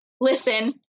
listen